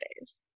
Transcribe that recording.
days